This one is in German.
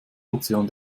ozean